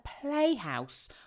playhouse